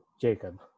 Jacob